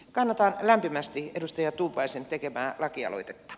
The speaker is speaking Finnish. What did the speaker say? kannatan lämpimästi edustaja tuupaisen tekemää lakialoitetta